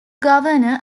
governor